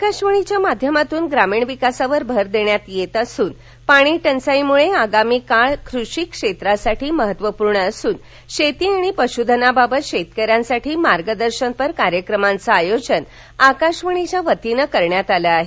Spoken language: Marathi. आकाशवाणीच्या माध्यमातून ग्रामीण विकासावर भर देण्यात यात असून पाणी टंचाईमुळे आगामी काळ कृषी क्षेत्रासाठी महत्तवपुर्ण असून शेती आणि पशुधनाबाबत शेतकऱ्यांसाठी मार्गदर्शनपर कार्यक्रमाचं आयोजन आकाशवाणीच्या वतानं करण्यात आलं आहे